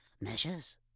Measures